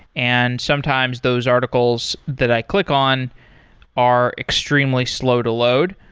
and sometimes those articles that i click on are extremely slow to load.